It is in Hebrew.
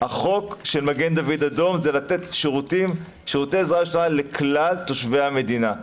החוק של מגן דוד אדום לתת שירותי עזרה ראשונה לכלל תושבי המדינה.